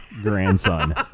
grandson